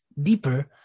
deeper